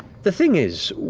the thing is,